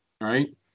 right